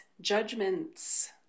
judgments